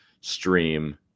stream